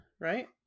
right